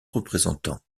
représentant